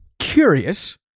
curious